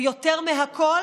ויותר מכול